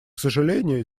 сожалению